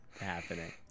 happening